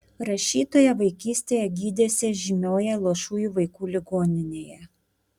rašytoja vaikystėje gydėsi žymioje luošųjų vaikų ligoninėje